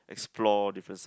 explore different side